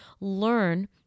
Learn